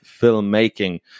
filmmaking